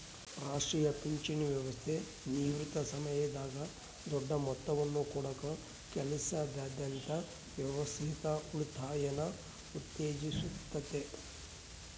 ರಾಷ್ಟ್ರೀಯ ಪಿಂಚಣಿ ವ್ಯವಸ್ಥೆ ನಿವೃತ್ತಿ ಸಮಯದಾಗ ದೊಡ್ಡ ಮೊತ್ತವನ್ನು ಕೊಡಕ ಕೆಲಸದಾದ್ಯಂತ ವ್ಯವಸ್ಥಿತ ಉಳಿತಾಯನ ಉತ್ತೇಜಿಸುತ್ತತೆ